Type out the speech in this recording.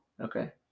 okay